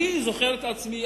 אני זוכר את עצמי,